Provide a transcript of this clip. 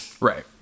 right